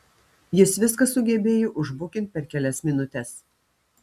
jis viską sugebėjo užbukint per kelias minutes